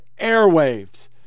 airwaves